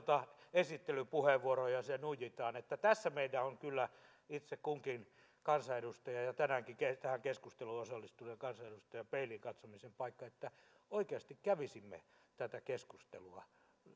esittelypuheenvuoro ja se nuijitaan tässä meillä on kyllä itse kunkin kansanedustajan ja tänäänkin tähän keskusteluun osallistuneiden kansanedustajien peiliin katsomisen paikka että oikeasti kävisimme tätä keskustelua